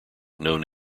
known